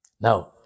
Now